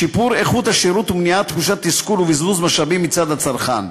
שיפור איכות השירות ומניעת תחושת תסכול ובזבוז משאבים מצד הצרכן.